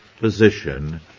position